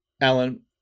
Alan